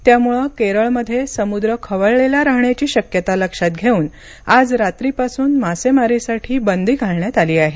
त्यामुळे केरळमध्ये समुद्र खवळलेला राहण्याची शक्यता लक्षात घेऊन आज रात्रीपासून मासेमारीसाठी बंदी घालण्यात आली आहे